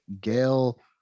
Gail